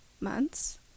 months